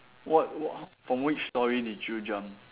what wha~ from which storey did you jump